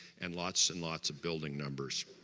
and lots and lots of building numbers